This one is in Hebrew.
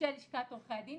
של לשכת עורכי הדין,